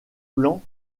plans